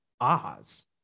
Oz